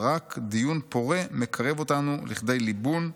ורק דיון פורה מקרב אותנו לכדי ליבון,